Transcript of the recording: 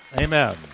Amen